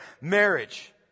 marriage